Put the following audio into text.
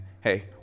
hey